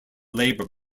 labour